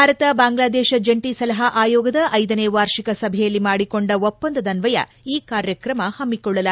ಭಾರತ ಬಾಂಗ್ಲಾದೇತ ಜಂಟಿ ಸಲಹಾ ಅಯೋಗದ ಐದನೇ ವಾರ್ಷಿಕ ಸಭೆಯಲ್ಲಿ ಮಾಡಿಕೊಂಡ ಒಪ್ಪಂದದ್ದಯ ಈ ಕಾರ್ಯಕ್ರಮ ಪಮ್ಸಿಕೊಳ್ಳಲಾಗಿದೆ